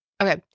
Okay